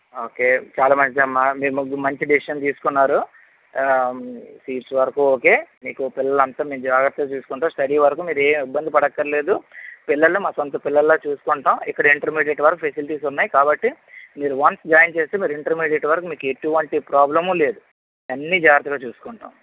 okay చాలా మంచిదమ్మా మీరు మంచి డెసిషన్ తీసుకున్నారు ఆ ఫీజు వరకు ఓకే మీకు పిల్లల్ని అంత జాగ్రత్తగా చూసుకుంటాం స్టడీ వరకు మీరు ఏమి ఇబ్బంది పడక్కర్లేదు పిల్లల్ని మా సొంత పిల్లలా చూసుకుంటాం ఇక్కడ ఇంటర్మీడియేట్ వరకు ఫెసిలిటీస్ ఉన్నాయి కాబట్టి మీరు వన్స్ జాయిన్ చేస్తే మీరు ఇంటర్మీడియట్ వరకు ఎటువంటి ప్రాబ్లము లేదు అన్నీ జాగ్రత్తగా చూసుకుంటాం